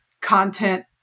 content